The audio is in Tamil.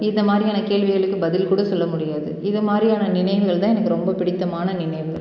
இந்தமாதிரியான கேள்விகளுக்கு பதில் கூட சொல்லமுடியாது இது மாதிரியான நினைவுகள் தான் எனக்கு ரொம்ப பிடித்தமான நினைவுகள்